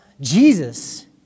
Jesus